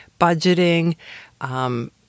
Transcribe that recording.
budgeting